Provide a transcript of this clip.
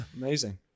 amazing